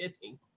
kidding